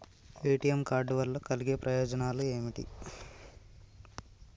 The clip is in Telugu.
ఏ.టి.ఎమ్ కార్డ్ వల్ల కలిగే ప్రయోజనాలు ఏమిటి?